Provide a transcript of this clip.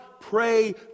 pray